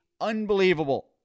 unbelievable